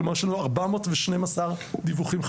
כלומר, יש לנו 412 דיווחים חסרים.